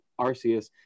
Arceus